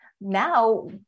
now